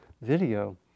video